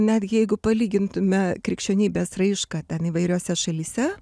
netgi jeigu palygintume krikščionybės raišką ten įvairiose šalyse